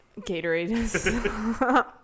gatorade